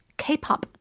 K-pop